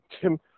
Tim